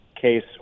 case